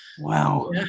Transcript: Wow